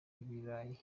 ibirayi